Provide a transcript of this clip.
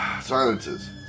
Silences